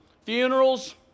funerals